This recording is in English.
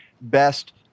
best